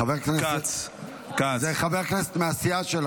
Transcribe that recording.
חבר הכנסת --- כץ, כץ.